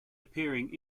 appearing